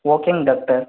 ஓகேங்க டாக்டர்